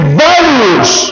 values